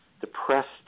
depressed